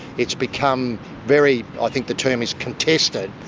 it's become very, i think the term is contested,